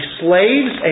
slaves